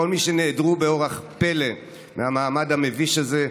כל מי שנעדרו באורח פלא מהמעמד המביש הזה,